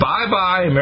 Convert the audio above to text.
Bye-bye